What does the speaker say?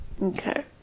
Okay